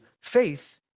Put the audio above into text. faith